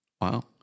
Wow